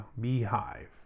beehive